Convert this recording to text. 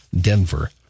Denver